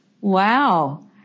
Wow